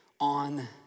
on